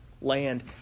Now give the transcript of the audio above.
land